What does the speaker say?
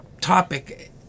topic